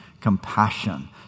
compassion